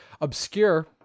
obscure